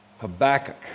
Habakkuk